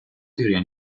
teoria